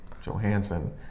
Johansson